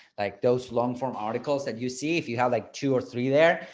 like those long form articles that you see if you have like two or three there.